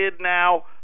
now